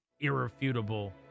irrefutable